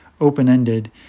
open-ended